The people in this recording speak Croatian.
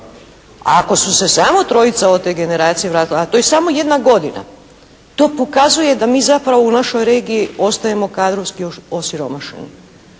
ako su se samo trojica od te generacije vratila, a to je samo jedna godina, to pokazuje da mi zapravo u našoj regiji ostajemo kadrovski još osiromašeni.